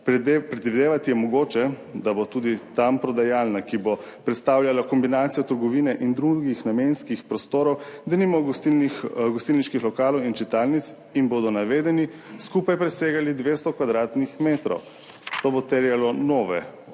Predvidevati je mogoče, da bo tudi tam prodajalna, ki bo predstavljala kombinacijo trgovine in drugih namenskih prostorov, denimo gostilniških lokalov in čitalnic, in bodo navedeni skupaj presegali 200 kvadratnih metrov. To bo terjalo uvedbo